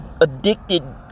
Addicted